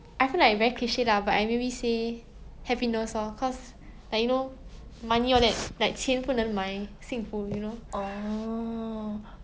I feel like very cliche lah but I maybe say happiness lor cause like you know money all that like 钱不能买幸福 you know